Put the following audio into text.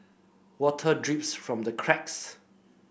water drips from the cracks